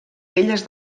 velles